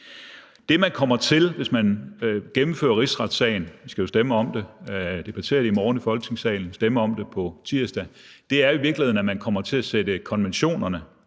Det, man kommer til, hvis man gennemfører rigsretssagen – vi skal debattere det i Folketingssalen i morgen og stemme om det på tirsdag – er i virkeligheden, at man kommer til at sætte konventionerne